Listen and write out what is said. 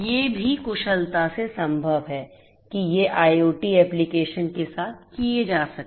ये भी कुशलता से संभव हैं कि ये IoT एप्लिकेशन के साथ किए जा सकते हैं